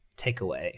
takeaway